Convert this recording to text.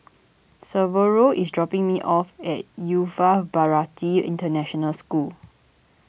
Severo is dropping me off at Yuva Bharati International School